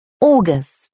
August